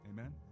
Amen